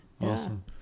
awesome